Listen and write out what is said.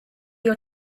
your